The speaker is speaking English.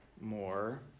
more